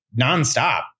nonstop